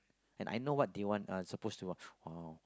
and I know what they want uh suppose to want uh